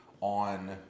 on